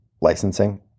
licensing